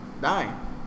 die